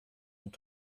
und